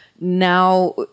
now